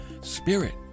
spirit